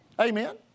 Amen